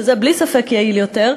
שזה בלי ספק יעיל יותר,